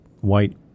white